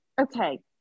Okay